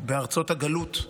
בארצות הגלות.